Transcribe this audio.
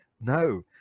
no